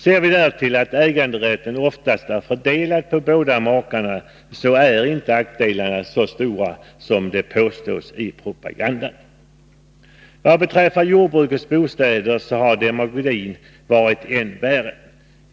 Ser vi därtill att äganderätten oftast är fördelad på båda makarna, är nog inte nackdelarna så stora som påståtts i propagandan. Vad beträffar jordbrukets bostäder har demagogin varit än värre.